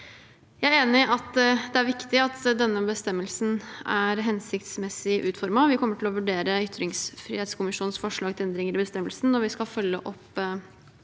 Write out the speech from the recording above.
Jeg er enig i at det er viktig at denne bestemmelsen er hensiktsmessig utformet. Vi kommer til å vurdere ytringsfrihetskommisjonens forslag til endringer i bestemmelsen, og vi skal følge opp